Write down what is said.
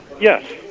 yes